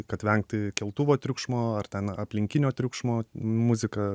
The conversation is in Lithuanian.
kad vengti keltuvo triukšmo ar ten aplinkinio triukšmo muzika